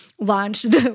Launched